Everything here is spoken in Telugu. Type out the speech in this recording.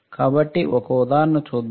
కాబట్టి ఒక ఉదాహరణ చూద్దాం